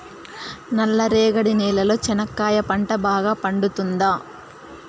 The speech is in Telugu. నల్ల రేగడి నేలలో చెనక్కాయ పంట బాగా పండుతుందా?